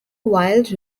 wild